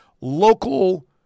local